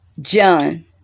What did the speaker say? John